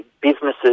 businesses